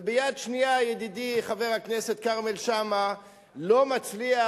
וביד שנייה ידידי חבר הכנסת כרמל שאמה לא מצליח,